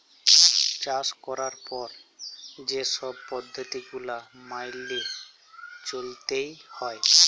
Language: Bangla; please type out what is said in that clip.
চাষ ক্যরার পরে যে ছব পদ্ধতি গুলা ম্যাইলে চ্যইলতে হ্যয়